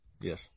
Yes